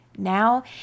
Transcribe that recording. Now